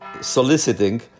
soliciting